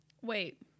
Wait